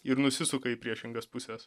ir nusisuka į priešingas puses